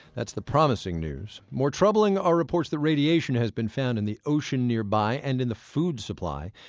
that's the promising news more troubling are reports that radiation's been found in the ocean nearby and in the food supply.